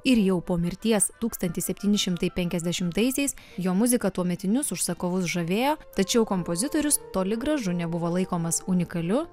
ir jau po mirties tūkstantis septyni šimtai penkiasdešimtaisiais jo muzika tuometinius užsakovus žavėjo tačiau kompozitorius toli gražu nebuvo laikomas unikaliu